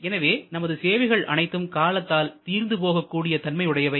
எனவே நமது சேவைகள் அனைத்தும் காலத்தால் தீர்ந்து போகக்கூடிய தன்மை உடையவை